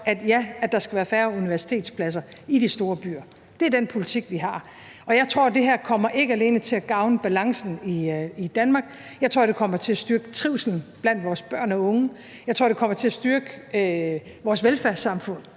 at der skal være færre universitetspladser i de store byer. Det er den politik, vi har, og jeg tror ikke alene, at det her kommer til at gavne balancen i Danmark, men jeg tror også, at det kommer til at styrke trivslen blandt vores børn og unge, og at det kommer til at styrke vores velfærdssamfund,